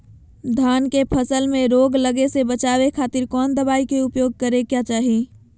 धान के फसल मैं रोग लगे से बचावे खातिर कौन दवाई के उपयोग करें क्या चाहि?